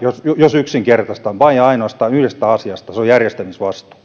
jos jos yksinkertaistan oikeastaan vain ja ainoastaan yhdestä asiasta ja se on järjestämisvastuu